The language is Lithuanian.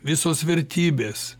visos vertybės